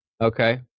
Okay